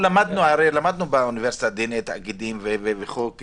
הרי למדנו באוניברסיטה דיני תאגידים וכו',